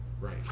Right